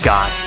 God